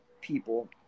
people